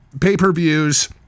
pay-per-views